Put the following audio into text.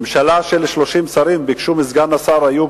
בממשלה של 30 שרים ביקשו מסגן השר איוב